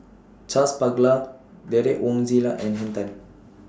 Charles Paglar Derek Wong Zi Liang and Henn Tan